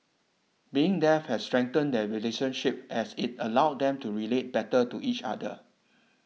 being deaf has strengthened their relationship as it allowed them to relate better to each other